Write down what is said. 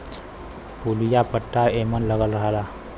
पुलिया पट्टा एमन लगल रहला